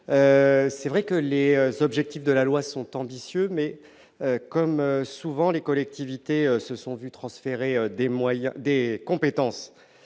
c'est vrai que les subject de la loi sont ambitieux mais comme souvent, les collectivités se sont vu transférer des moyens